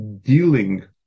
dealing